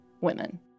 women